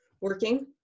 working